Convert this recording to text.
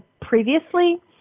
previously